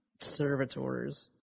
servitors